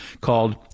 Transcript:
called